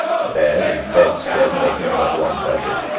bed and bedstead making but one budget,